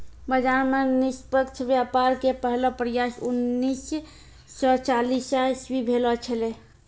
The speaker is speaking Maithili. बाजार मे निष्पक्ष व्यापार के पहलो प्रयास उन्नीस सो चालीस इसवी भेलो छेलै